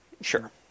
Sure